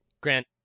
Grant